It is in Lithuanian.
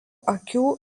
akių